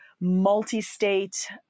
multi-state